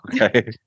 Okay